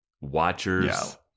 Watchers